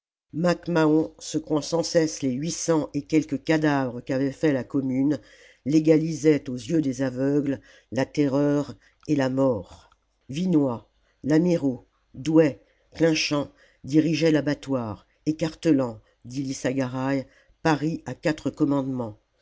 mac mahon secouant sans cesse les huit cents et quelques cadavres qu'avait faits la commune légalisait aux yeux des aveugles la terreur et la mort vinoy ladmirault douay clinchamp dirigeaient l'abattoir écartelant dit lissagaray paris à quatre commandements